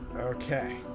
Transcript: Okay